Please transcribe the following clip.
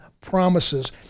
promises